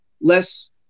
less